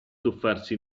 tuffarsi